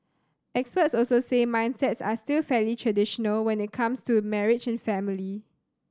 experts also say mindsets are still fairly traditional when it comes to marriage and family